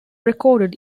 recorded